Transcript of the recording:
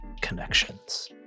connections